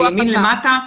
לימין ושמאל למטה.